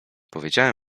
powiedziałem